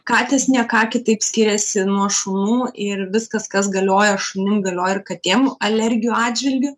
katės ne ką kitaip skiriasi nuo šunų ir viskas kas galioja šunim galioja ir katėm alergijų atžvilgiu